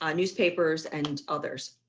ah newspapers and others,